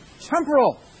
Temporal